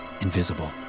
invisible